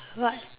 what